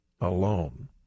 alone